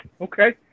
Okay